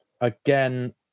again